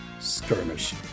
Skirmish